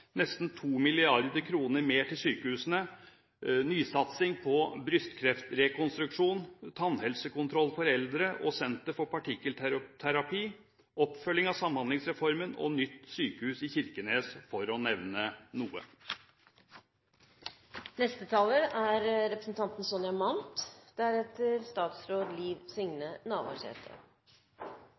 nesten 2 mrd. kr mer til sykehusene, nysatsing på brystrekonstruksjon, tannhelsekontroll for eldre og senter for partikkelterapi, oppfølging av Samhandlingsreformen og nytt sykehus i Kirkenes, for å nevne noe. En av de store utfordringene vi møter i framtidens eldreomsorg, er